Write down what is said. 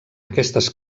aquestes